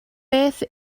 beth